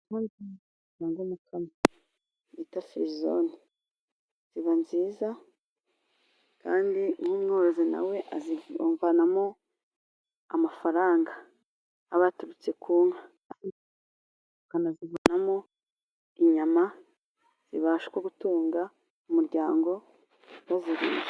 Inka zitanga umukamo bita firizone, ziba nziza, kandi n'umworozi na we azivanamo amafaranga, aba yaturutse ku nka, akanazivanamo inyama, zibasha gutunga umuryango, baziriye.